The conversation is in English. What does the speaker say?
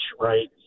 Right